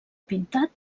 pintat